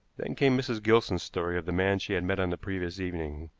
then came mrs. gilson's story of the man she had met on the previous evening,